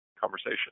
conversation